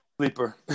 sleeper